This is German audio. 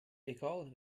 egal